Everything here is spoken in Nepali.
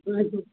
हजुर